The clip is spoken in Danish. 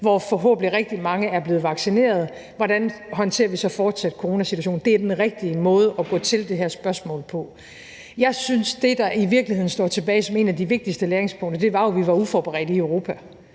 hvor forhåbentlig rigtig mange er blevet vaccineret, og på, hvordan vi så fortsat håndterer coronasituationen, er den rigtige måde at gå til det her spørgsmål på. Jeg synes, at det, der i virkeligheden står tilbage som et af de vigtigste læringspunkter, er, at vi var uforberedte i Europa.